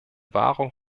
wahrung